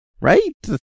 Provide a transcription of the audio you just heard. Right